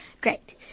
great